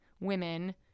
women